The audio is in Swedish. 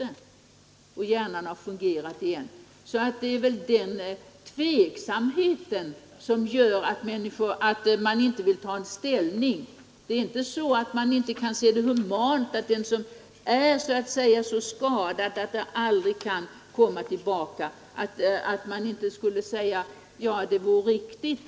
Det finns unga människor som efter trafikolyckor varit mycket allvarligt hjärnskadade och som ingen trott skulle överleva men som ändå gjort det. Hjärnan har fungerat igen. Sådana fall gör att man inte vill ta ställning för snabbt.